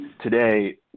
Today